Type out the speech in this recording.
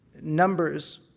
numbers